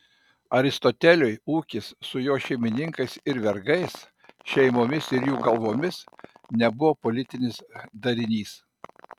aristoteliui ūkis su jo šeimininkais ir vergais šeimomis ir jų galvomis nebuvo politinis darinys